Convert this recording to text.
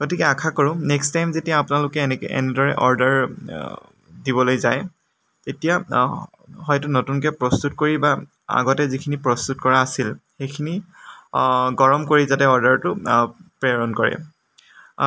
গতিকে আশা কৰোঁ নেক্সট টাইম যেতিয়া আপোনালোকে এনেদৰে অৰ্ডাৰ দিবলৈ যায় তেতিয়া হয়তো নতুনকৈ প্ৰস্তুত কৰি বা আগতে যিখিনি প্ৰস্তুত কৰা আছিল সেইখিনি গৰম কৰি যাতে অৰ্ডাৰটো প্ৰেৰণ কৰে